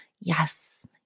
Yes